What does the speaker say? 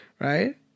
Right